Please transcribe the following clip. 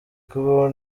kubaho